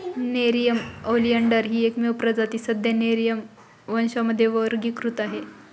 Nerium oleander ही एकमेव प्रजाती सध्या नेरिअम वंशामध्ये वर्गीकृत आहे